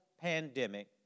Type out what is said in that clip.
pandemic